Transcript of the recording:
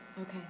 Okay